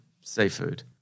seafood